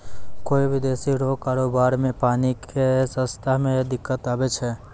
कोय विदेशी रो कारोबार मे पानी के रास्ता मे दिक्कत आवै छै